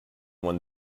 one